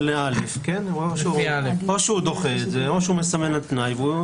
או שהוא דוחה את זה או שהוא מסמן על תנאי.